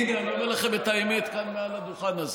הינה, אני אומר לכם את האמת כאן, מעל הדוכן הזה.